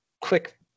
quick